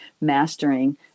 mastering